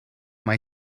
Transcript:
mai